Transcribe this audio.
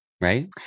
right